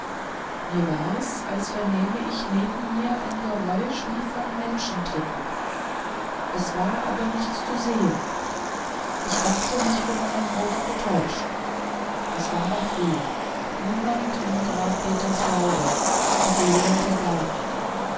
mir war's als vernähme ich neben mir ein geräusch wie von menschentritten es war aber nichts zu sehen ich dachte mich von meinem ohre getäuscht es war noch früh niemand in graf peters laube noch leer der garten